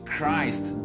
Christ